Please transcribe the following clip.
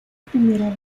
primera